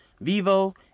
Vivo